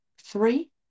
three